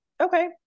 Okay